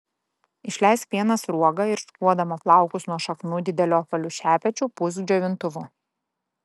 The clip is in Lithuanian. išleisk vieną sruogą ir šukuodama plaukus nuo šaknų dideliu apvaliu šepečiu pūsk džiovintuvu